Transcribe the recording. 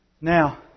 Now